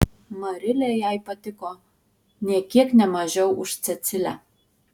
marilė jai patiko nė kiek ne mažiau už cecilę